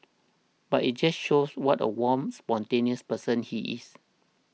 but it just shows what a warm spontaneous person he is